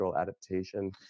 adaptation